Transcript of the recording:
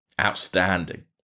outstanding